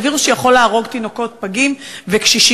זה וירוס שיכול להרוג תינוקות, פגים וקשישים.